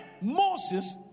Moses